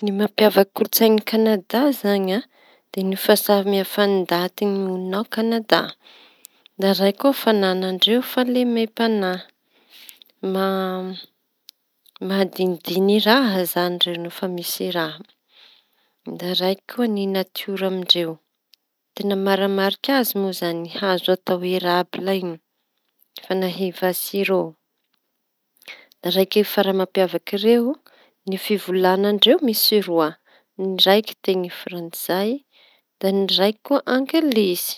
Ny mampiavaky kolon-tsaina Kanada izañy a! Da fahasamihafany ndaty monina ao Kanada da ndraiky koa fanana ndreo fahalemempanahy ma - mahadindiñy raha izañy ireo rehefa misy raha, da raiky koa natiora amy ndreo manamarika azy moa izañy fanana ndreoerabila iñy fanahiva sirô, raha raiky farany mampiavaky ireo fivolaña misy roa raiky teny frantsay ny raiky teny angilisy.